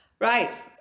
Right